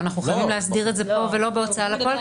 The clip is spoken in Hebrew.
אנחנו חייבים להסדיר את זה פה ולא בהוצאה לפועל,